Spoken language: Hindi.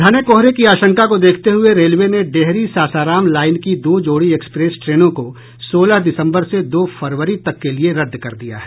घने कोहरे की आशंका को देखते हुये रेलवे ने डेहरी सासाराम लाईन की दो जोड़ी एक्सप्रेस ट्रेनों को सोलह दिसम्बर से दो फरवरी तक के लिए रद्द कर दिया है